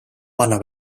panna